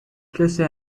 trece